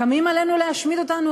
קמים עלינו להשמיד אותנו,